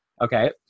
okay